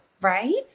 Right